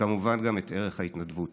וכמובן גם את ערך ההתנדבות.